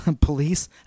police